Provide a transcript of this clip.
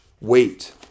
Wait